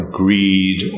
greed